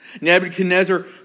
Nebuchadnezzar